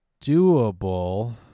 doable